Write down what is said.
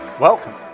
Welcome